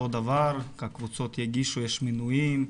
יש מינויים.